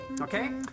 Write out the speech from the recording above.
okay